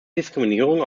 diskriminierung